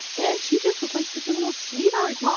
and she just looked like such a little sweetheart. yeah